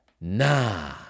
nah